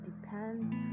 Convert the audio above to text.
depend